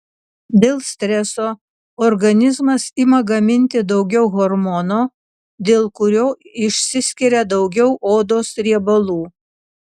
dėl streso organizmas ima gaminti daugiau hormono dėl kurio išsiskiria daugiau odos riebalų